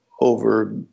over